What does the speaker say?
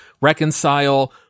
reconcile